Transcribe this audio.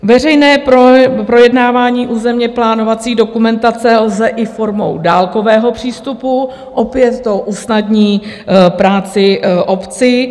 Veřejné projednávání územněplánovací dokumentace lze i formou dálkového přístupu, opět to usnadní práci obci.